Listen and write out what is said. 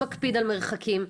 שמקפיד על מרחקים.